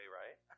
right